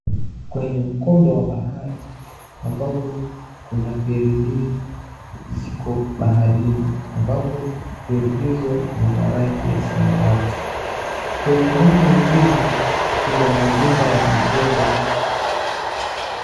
Kwenye mkondo wa bahari ambapo kuna feri mbili ziko baharini, ambapo feri hizo ni za rangi ya samawati. Kwenye ngambo ingine kuna majumba yamejengwa.